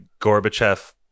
Gorbachev